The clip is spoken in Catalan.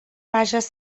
vages